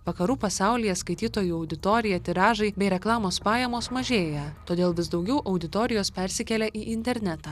vakarų pasaulyje skaitytojų auditorija tiražai bei reklamos pajamos mažėja todėl vis daugiau auditorijos persikelia į internetą